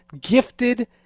gifted